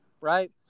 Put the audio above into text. right